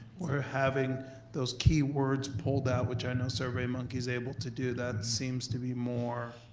we're having those keywords pulled out, which i know survey monkey's able to do that, seems to be more.